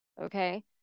Okay